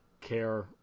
care